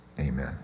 Amen